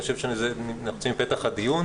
כי אני חושב שאנחנו נמצאים בפתח הדיון.